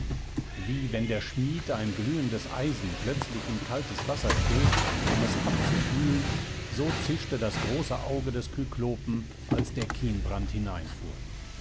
wie wenn der schmied ein glühendes eisen plötzlich in kaltes wasser stoßt um es abzukühlen so zischte das große auge des kyklopen als der kienbrand hineinfuhr